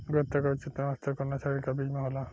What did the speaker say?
गुणवत्ता क उच्चतम स्तर कउना श्रेणी क बीज मे होला?